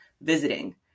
visiting